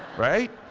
right?